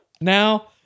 Now